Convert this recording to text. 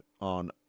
On